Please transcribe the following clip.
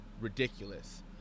ridiculous